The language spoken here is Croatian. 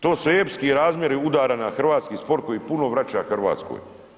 To su epski razmjeri udara na hrvatski sport koji puno vraća Hrvatskoj.